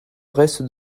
reste